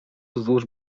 wzdłuż